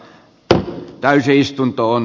tämä karsii istuntoon